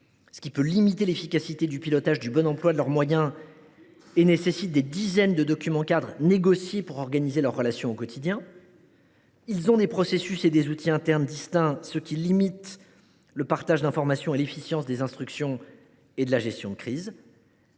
ce qui limite l’efficacité du pilotage de leurs moyens et nécessite des dizaines de documents cadres négociés pour organiser leurs relations au quotidien. Ensuite, ces deux structures ont des processus et des outils internes distincts, ce qui limite le partage d’informations et l’efficacité des instructions et de la gestion de crise.